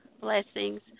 Blessings